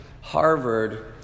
Harvard